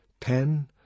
ten